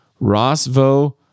Rosvo